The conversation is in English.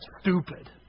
stupid